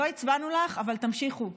לא הצבענו לך, אבל תמשיכו.